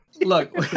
look